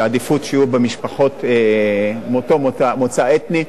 כשהעדיפות היא שיהיו במשפחות מאותו מוצא אתני,